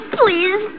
please